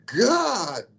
God